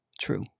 True